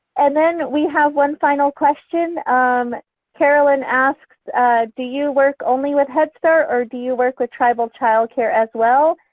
and then we have one final question um carolyn asks do you work only with head start or do you work with tribal child care as well?